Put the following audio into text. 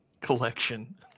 collection